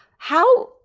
how,